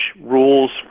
rules